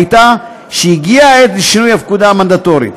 הייתה שהגיעה העת לשינוי הפקודה המנדטורית.